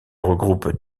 regroupe